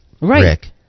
Rick